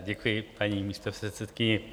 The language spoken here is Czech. Děkuji, paní místopředsedkyně.